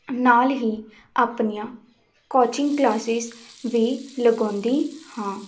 ਨਾਲ ਹੀ ਆਪਣੀਆਂ ਕੋਚਿੰਗ ਕਲਾਸਿਸ ਵੀ ਲਗਾਉਂਦੀ ਹਾਂ